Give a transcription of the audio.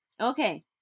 Okay